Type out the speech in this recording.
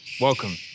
Welcome